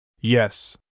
Yes